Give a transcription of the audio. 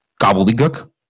gobbledygook